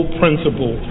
principle